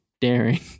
daring